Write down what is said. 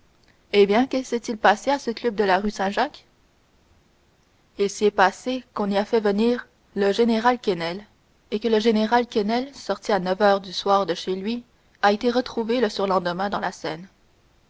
eh bien que s'est-il passé à ce club de la rue saint-jacques il s'y est passé qu'on y a fait venir le général quesnel et que le général quesnel sorti à neuf heures du soir de chez lui a été retrouvé le surlendemain dans la seine